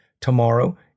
tomorrow